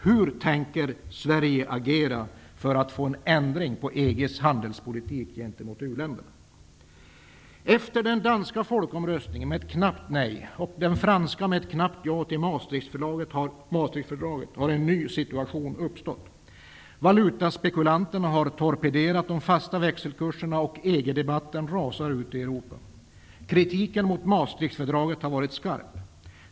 Hur tänker Sverige agera för att få en ändring på EG:s handelspolitik gentemot u-länderna? Efter den danska folkomröstningen med ett knappt nej och den franska med knappt ja till Maastrichtfördraget har en ny situation uppstått. Valutaspekulanterna har torpederat de fasta växelkurserna, och EG-debatten rasar ute i Europa. Kritiken mot Maastrichtfördraget har varit skarp.